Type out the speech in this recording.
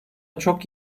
çok